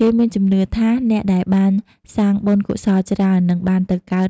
គេមានជំនឿថាអ្នកដែលបានសាងបុណ្យកុសលច្រើន នឹងបានទៅកើត